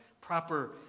proper